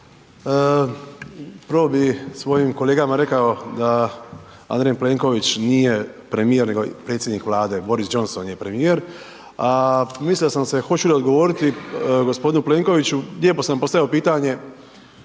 Prvo bih svojim kolegama rekao da Andrej Plenković nije premijer nego je predsjednik Vlade. Boris Johnson je premijer. Mislio sam se hoću li odgovoriti gospodinu Plenkoviću, lijepo sam postavio pitanje